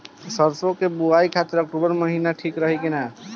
सरसों की बुवाई खाती अक्टूबर महीना ठीक रही की ना?